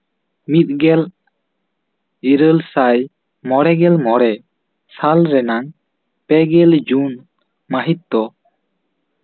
ᱢᱤᱫᱜᱮᱞ ᱤᱨᱟᱹᱞ ᱥᱟᱭ ᱢᱚᱬᱮ ᱜᱮᱞ ᱢᱚᱬᱮ ᱥᱟᱞ ᱨᱮᱱᱟᱝ ᱯᱮ ᱜᱮᱞ ᱡᱩᱱ ᱢᱟᱹᱦᱤᱛ ᱫᱚ